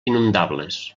inundables